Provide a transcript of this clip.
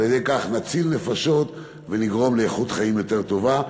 על-ידי כך נציל נפשות ונגרום לאיכות חיים יותר טובה.